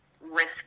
risk